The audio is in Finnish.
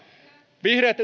vihreät